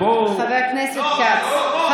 בואו נקשיב, בבקשה, בואו נקשיב.